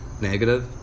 Negative